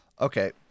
okay